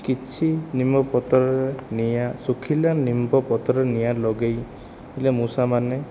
କିଛି ନିମ ପତ୍ର ନିଆଁ ଶୁଖିଲା ନିମ୍ବ ପତ୍ରରେ ନିଆଁ ଲଗେଇଲେ ମୂଷାମାନେ